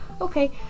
okay